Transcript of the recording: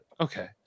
okay